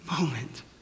moment